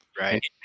right